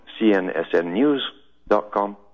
CNSNnews.com